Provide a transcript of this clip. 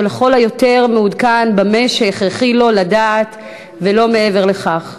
שלכל היותר מעודכן במה שהכרחי לו לדעת ולא מעבר לכך.